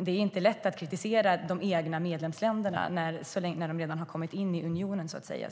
Det är inte lätt att kritisera de egna medlemsländerna när de redan kommit in i unionen, så att säga.